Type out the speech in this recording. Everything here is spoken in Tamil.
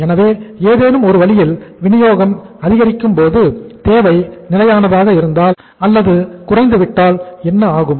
எனவே ஏதேனும் ஒரு வழியில் வினியோகம் அதிகரிக்கும்போது தேவை நிலையானதாக இருந்தால் அல்லது குறைந்துவிட்டால் என்ன ஆகும்